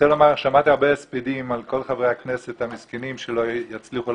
שמעתי הרבה הספדים על כל חברי הכנסת המסכנים שלא יצליחו